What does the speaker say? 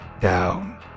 down